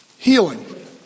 Healing